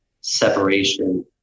separation